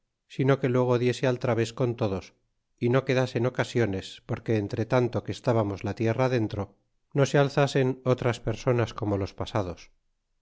sino que luego diese al través con todos y no quedasen ocasiones porque entretanto que estábamos la tierra adentro no se alzasen otras personas como los pasados